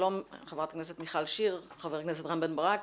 שלום ח"כ מיכל שיר, ח"כ רם בן ברק.